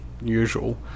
usual